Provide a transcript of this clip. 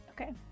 Okay